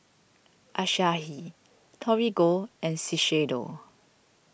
Asahi Torigo and Shiseido